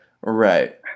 Right